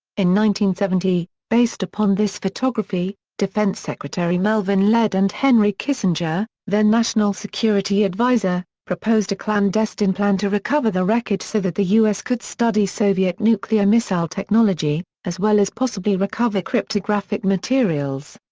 in one thousand based upon this photography, defense secretary melvin laird and henry kissinger, then national security advisor, proposed a clandestine plan to recover the wreckage so that the u s. could study soviet nuclear missile technology, as well as possibly recover cryptographic materials.